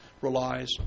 relies